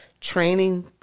training